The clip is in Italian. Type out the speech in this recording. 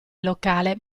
locale